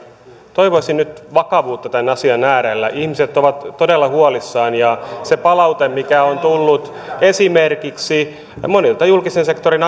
toivoisin nyt vakavuutta tämän asian äärellä ihmiset ovat todella huolissaan se palaute mitä on tullut esimerkiksi monilta julkisen sektorin